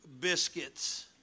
biscuits